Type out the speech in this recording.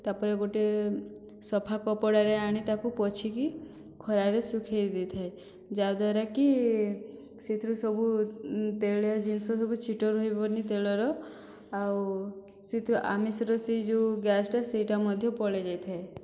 ତାପରେ ଗୋଟିଏ ସଫା କପଡ଼ାରେ ଆଣି ତାକୁ ପୋଛିକି ଖରାରେ ଶୁଖାଇ ଦେଇଥାଏ ଯାହାଦ୍ୱାରାକି ସେଥିରୁ ସବୁ ତେଳିଆ ଜିନିଷ ସବୁ ଛିଟ ରହିବନି ତେଳର ଆଉ ସେଥିରୁ ଆମିଷ ରୋଷେଇ ଯେଉଁ ଗ୍ୟାସ୍ଟା ସେଇଟା ମଧ୍ୟ ପଳାଇ ଯାଇଥାଏ